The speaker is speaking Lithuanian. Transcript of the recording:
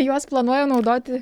juos planuoju naudoti